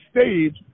stage